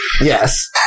Yes